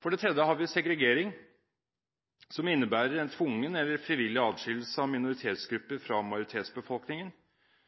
For det tredje har vi segregering, som innebærer en tvungen eller frivillig adskillelse av minoritetsgrupper fra majoritetsbefolkningen,